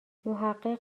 محقق